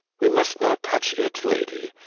we must not touch it, lady.